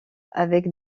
avec